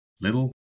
little